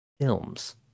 films